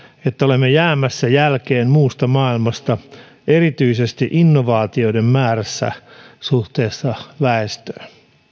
että olemme jäämässä jälkeen muusta maailmasta erityisesti innovaatioiden määrässä suhteessa väestöön